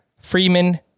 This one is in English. Freeman